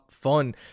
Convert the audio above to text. fun